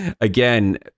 again